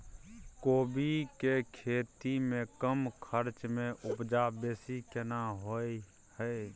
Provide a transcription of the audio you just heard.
कोबी के खेती में कम खर्च में उपजा बेसी केना होय है?